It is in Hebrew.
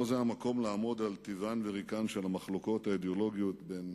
לא זה המקום לעמוד על טיבן ורקען של המחלוקות האידיאולוגיות בין